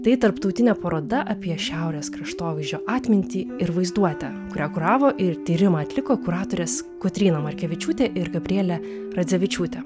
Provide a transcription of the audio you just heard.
tai tarptautinė paroda apie šiaurės kraštovaizdžio atmintį ir vaizduotę kurią kuravo ir tyrimą atliko kuratorės kotryna markevičiūtė ir gabrielė radzevičiūtė